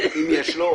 אם יש לו,